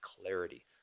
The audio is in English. clarity